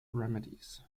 remedies